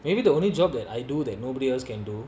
maybe the only job that I do that nobody else can do